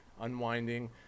unwinding